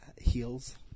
heals